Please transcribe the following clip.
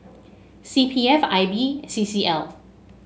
C P F I B C C L